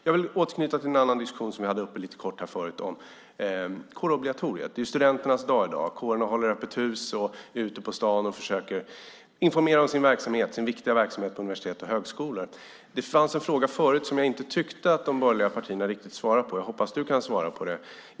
Jag vill återknyta till en annan diskussion som vi hade uppe lite kort här förut om kårobligatoriet. Det är ju studenternas dag i dag. Kårerna håller öppet hus och är ute på stan och försöker informera om sin viktiga verksamhet på universitet och högskolor. Vi hade en fråga förut som jag tyckte att de borgerliga partierna inte svarade på riktigt. Jag hoppas att du kan svara på den.